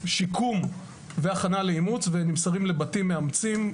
שיקום והכנה לאימוץ, ונמסרים לבתים מאמצים.